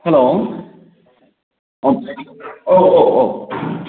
हेल' औ औ औ औ